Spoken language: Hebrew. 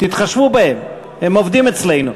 תתחשבו בהם, הם עובדים אצלנו.